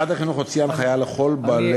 משרד החינוך הוציא הנחיה לכל בעלי,